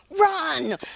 run